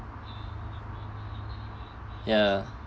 ya